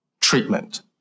treatment